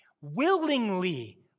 Willingly